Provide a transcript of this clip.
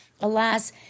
Alas